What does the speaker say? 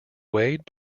weighted